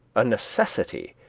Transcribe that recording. a necessity,